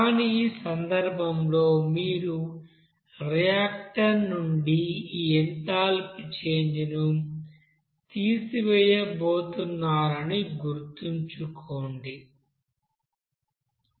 కానీ ఈ సందర్భంలో మీరు రియాక్టన్స్ నుండి ఈ ఎంథాల్పీ చేంజ్ ను తీసివేయబోతున్నారని గుర్తుంచుకోవాలి